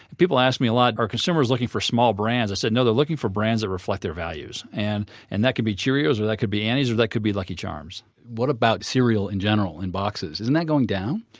people ask me a lot, are consumers looking for small brands? i say no, they're looking for brands that reflect their values. and and that can be cheerio's or that could be annie's or that could be lucky charms what about cereal in general, in boxes, isn't that going down?